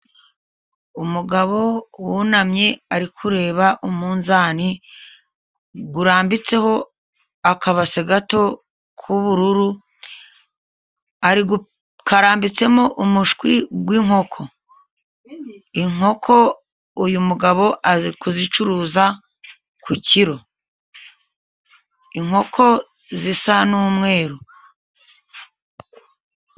Umugabo wunamye ari kureba umunzani urambitseho akabase gato k'ubururu, karambitsemo umushwi w'inkoko, inkoko uyu mugabo ari kuzicuruza ku kiro, inkoko zisa n'umweru.